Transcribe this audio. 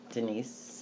Denise